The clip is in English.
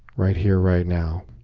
right here, right now.